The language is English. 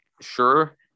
sure